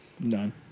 None